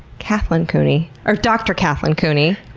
kathlyn cooney or dr kathlyn cooney?